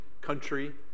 country